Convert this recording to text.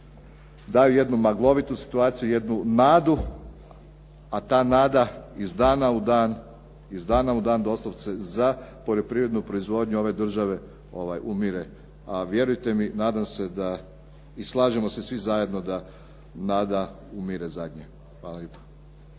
daju jednu maglovitu situaciju, jednu nadu, a ta nada iz dana u dan, iz dana u dan doslovce za poljoprivrednu proizvodnju ove države umire a vjerujte mi, nadam se da, i slažemo se svi zajedno da nada umire zadnja. Hvala lijepa.